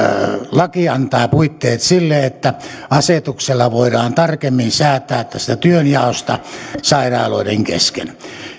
laki antaa puitteet sille että asetuksella voidaan tarkemmin säätää tästä työnjaosta sairaaloiden kesken